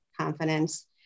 confidence